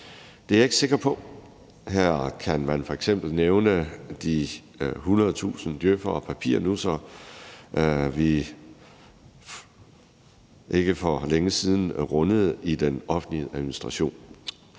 Det er jeg ikke sikker på. Her kan man f.eks. nævne de 100.000 djøf'ere og papirnussere, vi for ikke længe siden rundede i den offentlige administration.